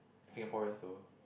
Singaporean so